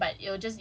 ya